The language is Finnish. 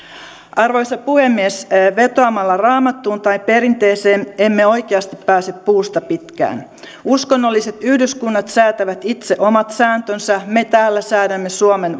arvoisa puhemies vetoamalla raamattuun tai perinteeseen emme oikeasti pääse puusta pitkään uskonnolliset yhdyskunnat säätävät itse omat sääntönsä me täällä säädämme suomen